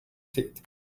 teeth